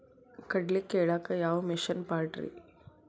ಕಡ್ಲಿ ಕೇಳಾಕ ಯಾವ ಮಿಷನ್ ಪಾಡ್ರಿ?